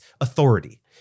authority